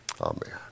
Amen